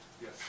Yes